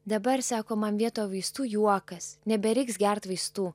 dabar sako man vietoj vaistų juokas nebereiks gert vaistų